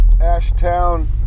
Ashtown